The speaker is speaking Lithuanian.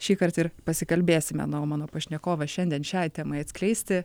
šįkart ir pasikalbėsime na o mano pašnekovas šiandien šiai temai atskleisti